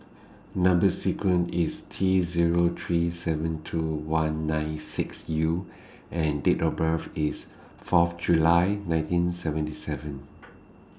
Number sequence IS T Zero three seven two one nine six U and Date of birth IS Fourth July nineteen seventy seven